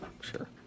sure